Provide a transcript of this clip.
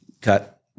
cut